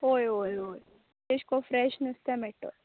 होय होय होय तेश कोन फ्रेश नुस्तें मेळटलें